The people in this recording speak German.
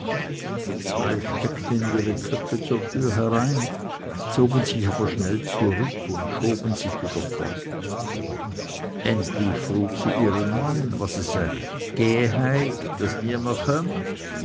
zwei steckten ihre köpfe zur türe hinein zogen sich aber schnell zurück und schoben sich wieder fort endlich frug sie ihren mann was es